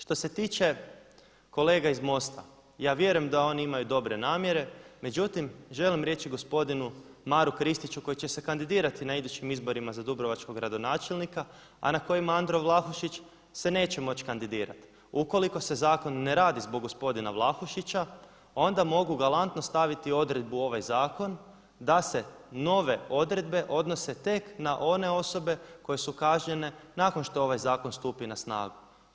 Što se tiče kolega iz MOST-a ja vjerujem da oni imaju dobre namjere, međutim želim reći gospodinu Maru Kristiću koji će se kandidirati na idućim izborima za dubrovačkog gradonačelnika a na kojima Andro Vlahušić se neće moći kandidirati ukoliko se zakon ne radi zbog gospodina Vlahušića onda mogu galantno staviti odredbu u ovaj zakon da se nove odredbe odnose tak na one osobe koje su kažnjene nakon što ovaj zakon stupi na snagu.